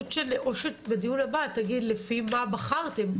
אני מצפה שבדיון הבא תגיד לפי מה בחרתם.